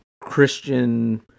Christian